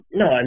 no